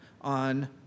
on